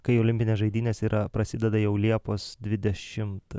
kai olimpinės žaidynės yra prasideda jau liepos dvidešimt